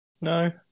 No